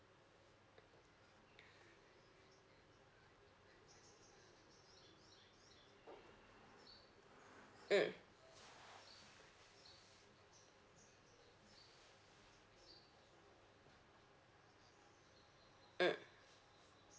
mm mm